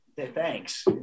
thanks